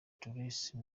theresa